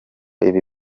ibi